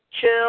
chill